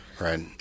Right